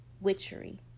witchery